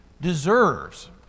deserves